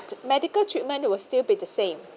medical treatment will still be the same